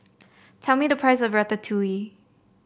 tell me the price of Ratatouille